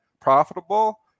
profitable